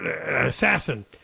assassin